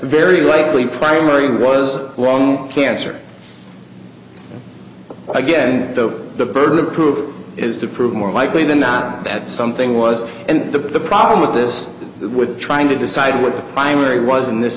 very likely primary was wrong cancer again though the burden of proof is to prove more likely than not bad something was and the problem with this with trying to decide what the primary was in this